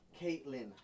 Caitlyn